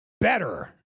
better